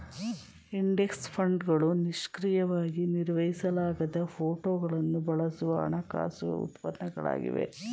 index ಫಂಡ್ಗಳು ನಿಷ್ಕ್ರಿಯವಾಗಿ ನಿರ್ವಹಿಸಲಾಗದ ಫೋಟೋಗಳನ್ನು ಬಳಸುವ ಹಣಕಾಸು ಉತ್ಪನ್ನಗಳಾಗಿವೆ